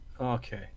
Okay